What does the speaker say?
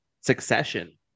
succession